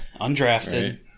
undrafted